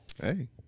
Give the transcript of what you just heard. Hey